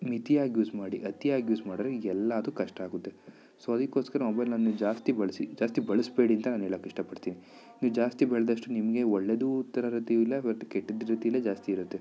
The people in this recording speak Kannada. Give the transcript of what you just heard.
ಮಿತಿಯಾಗಿ ಯೂಸ್ ಮಾಡಿ ಅತಿಯಾಗಿ ಯೂಸ್ ಮಾಡ್ರೆ ಎಲ್ಲಾದು ಕಷ್ಟ ಆಗುತ್ತೆ ಸೊ ಅದಕ್ಕೋಸ್ಕರ ಮೊಬೈಲನ್ನು ಜಾಸ್ತಿ ಬಳಸಿ ಜಾಸ್ತಿ ಬಳಸಬೇಡಿ ಅಂತ ನಾನು ಹೇಳೊಕ್ಕೆ ಇಷ್ಟಪಡ್ತೀನಿ ನೀವು ಜಾಸ್ತಿ ಬೆಳ್ದಷ್ಟು ನಿಮಗೆ ಒಳ್ಳೆದು ಇಲ್ಲ ಬಟ್ ಕೆಟ್ಟದ್ದು ರೀತಿಲೇ ಜಾಸ್ತಿ ಇರುತ್ತೆ